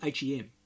HEM